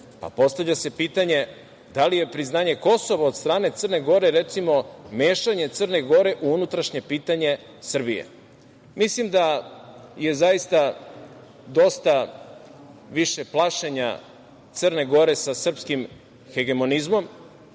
postavlja se pitanje da li je priznanje Kosova od strane Crne Gore, recimo, mešanje Crne Gore u unutrašnje pitanje Srbije? Mislim da je zaista dosta više plašenja Crne Gore sa srpskim hegemonizmom